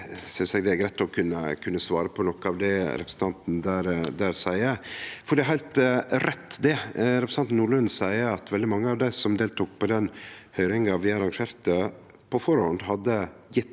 Eg synest det er greitt å kunne svare på noko av det representanten der seier. Det er heilt rett, det representanten Nordlund seier, at veldig mange av dei som deltok på den høyringa vi arrangerte på førehand, hadde gjeve